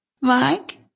Mike